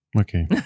Okay